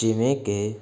ਜਿਵੇਂ ਕਿ